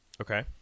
Okay